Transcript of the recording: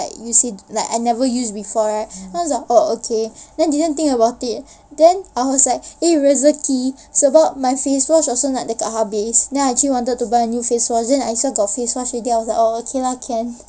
like you see like I never used before right then I was oh okay then didn't think about it then I was like eh rezeki sebab my face wash also nak dekat habis then I actually wanted to buy my new face wash then I saw got new face wash already I was like okay lah can